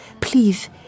Please